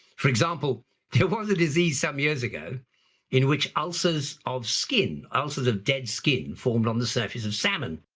for example there was a disease some years ago in which ulcers of skin, ulcers of dead skin formed on the surface of salmon.